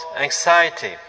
anxiety